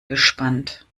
gespannt